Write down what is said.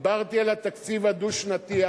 ודיברתי על התקציב הדו-שנתי.